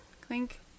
Clink